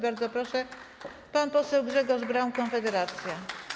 Bardzo proszę, pan poseł Grzegorz Braun, Konfederacja.